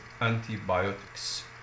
antibiotics